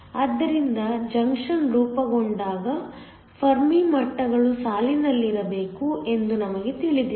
ಆದ್ದರಿಂದ ಜಂಕ್ಷನ್ ರೂಪುಗೊಂಡಾಗ ಫೆರ್ಮಿ ಮಟ್ಟಗಳು ಸಾಲಿನಲ್ಲಿರಬೇಕು ಎಂದು ನಮಗೆ ತಿಳಿದಿದೆ